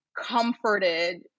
comforted